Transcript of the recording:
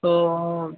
تو